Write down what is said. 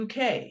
UK